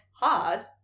hard